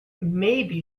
maybe